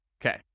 Okay